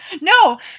No